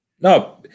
No